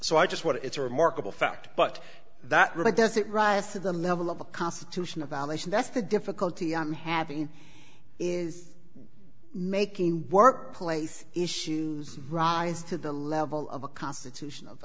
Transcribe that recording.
so i just want to it's a remarkable fact but that really doesn't rise to the level of a constitutional violation that's the difficulty i'm having is making workplace issues rise to the level of a constitution